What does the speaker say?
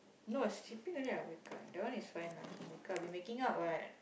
no sleeping only I waking up that one is fine lah I've been waking up what